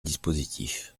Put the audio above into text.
dispositif